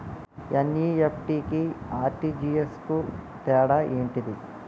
NEFT కి RTGS కు తేడా ఏంటిది?